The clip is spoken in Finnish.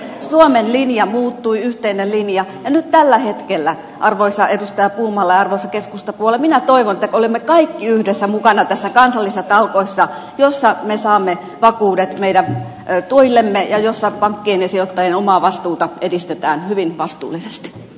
suomen linja muuttui yhteinen linja ja nyt tällä hetkellä arvoisa edustaja puumala ja arvoisa keskustapuolue minä toivon että olemme kaikki yhdessä mukana näissä kansallisissa talkoissa joissa me saamme vakuudet meidän tuillemme ja joissa pankkien ja sijoittajien omaa vastuuta edistetään hyvin vastuullisesti